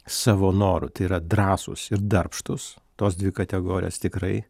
savo noru tai yra drąsūs ir darbštūs tos dvi kategorijos tikrai